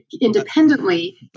independently